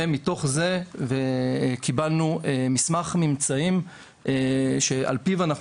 מתוך זה קיבלנו מסמך ממצאים שעל פיו אנחנו